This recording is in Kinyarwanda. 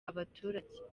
abaturage